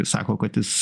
sako kad jis